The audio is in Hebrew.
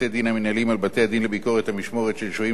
על בתי-הדין לביקורת המשמורת של שוהים שלא כדין,